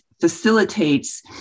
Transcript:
facilitates